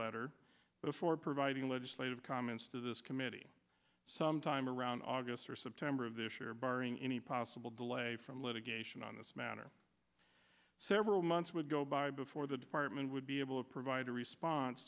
letter before providing legislative comments to this committee sometime around august or september of this year barring any possible delay from litigation on this matter several months would go by before the department would be able to provide a response